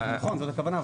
זה בכוונה,